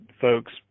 folks